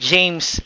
James